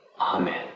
Amen